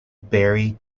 barry